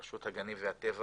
רשות הגנים והטבע,